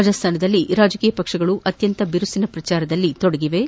ರಾಜಸ್ಡಾನದಲ್ಲಿ ರಾಜಕೀಯ ಪಕ್ಷಗಳು ಅತ್ಯಂತ ಬಿರುಸಿನ ಪ್ರಚಾರದಲ್ಲಿ ತೊಡಗಿವೆ